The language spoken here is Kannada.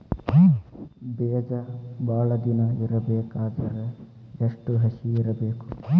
ಬೇಜ ಭಾಳ ದಿನ ಇಡಬೇಕಾದರ ಎಷ್ಟು ಹಸಿ ಇರಬೇಕು?